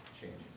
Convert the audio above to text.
changing